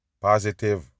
positive